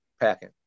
packing